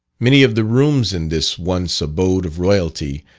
many of the rooms in this once abode of royalty,